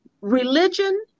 Religion